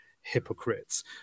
hypocrites